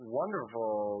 wonderful